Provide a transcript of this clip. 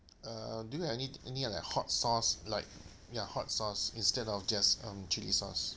uh do you have any any like hot sauce like ya hot sauce instead of just um chilli sauce